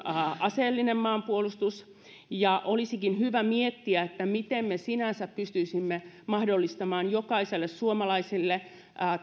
aseellinen maanpuolustus ja olisikin hyvä miettiä miten me pystyisimme mahdollistamaan jokaiselle suomalaiselle